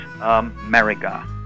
America